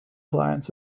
clients